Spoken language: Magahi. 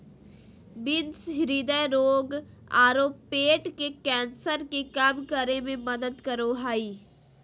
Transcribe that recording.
बीन्स हृदय रोग आरो पेट के कैंसर के कम करे में मदद करो हइ